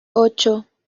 ocho